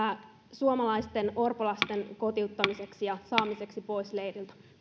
suomalaisten orpolasten kotiuttamiseksi ja saamiseksi pois leiriltä